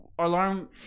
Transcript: alarm